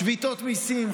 שביתות מיסים,